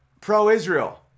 pro-Israel